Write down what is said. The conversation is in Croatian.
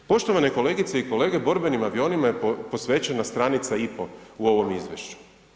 Poštovane kolegice i kolege, borbenim avionima je posvećena stranica i pol u ovom izvješću.